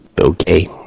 okay